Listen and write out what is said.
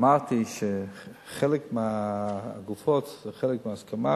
אמרתי שחלק מהגופות זה בהסכמה,